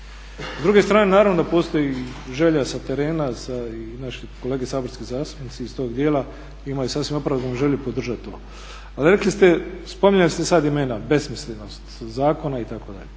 S druge strane da postoji želja sa terena i naši kolege saborski zastupnici iz tog dijela, imaju sasvim opravdanu želju podržati to. Ali spominjali ste sada imena besmislenost zakona itd.